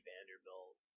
Vanderbilt